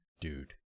dude